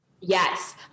Yes